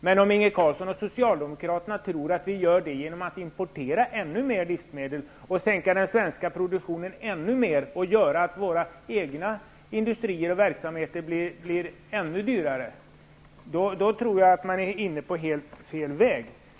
Men om Inge Carlsson och Socialdemokraterna tror att vi kan nå ett sådant här resultat genom att importera ännu mer livsmedel och ytterligare sänka den svenska produktionen, så att våra egna industrier och andra verksamheter blir ännu dyrare, tror jag att de är inne på helt fel väg.